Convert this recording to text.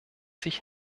sich